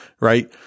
Right